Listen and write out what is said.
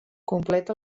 completa